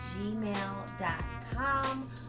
gmail.com